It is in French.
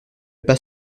pas